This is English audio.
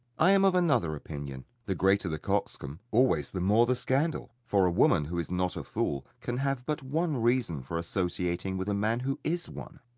i am of another opinion the greater the coxcomb, always the more the scandal for a woman who is not a fool can have but one reason for associating with a man who is one.